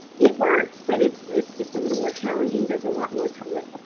it works, but it's it's just a little more challenging. there's a lot more to it.